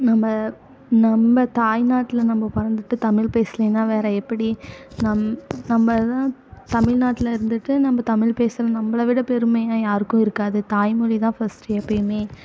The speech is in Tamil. நம்ம நம்ம தாய்நாட்டில் நம்ம பிறந்துட்டு தமிழ் பேசுலைன்னா வேறு எப்படி நம் நம்மதான் தமிழ்நாட்ல இருந்துகிட்டு நம்ம தமிழ் பேசல நம்மளவிட பெருமையாக யாருக்கும் இருக்காது தாய்மொழிதான் ஃபஸ்ட்டு எப்போமே